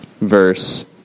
verse